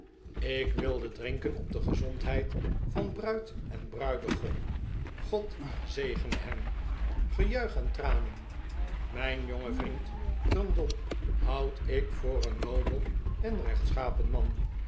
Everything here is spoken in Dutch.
ik wilde drinken op de gezondheid van bruid en bruidegom god zegene hen gejuich en tranen mijn jongen vriend trundle houd ik voor een nobel en rechtschapen man